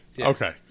Okay